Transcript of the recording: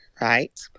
right